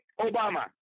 Obama